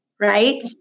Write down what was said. Right